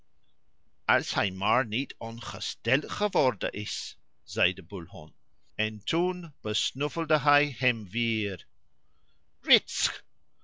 als hij maar niet ongesteld geworden is zei de bulhond en toen besnuffelde hij hem weer